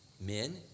men